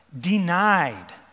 denied